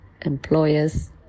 employers